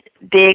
big